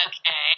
Okay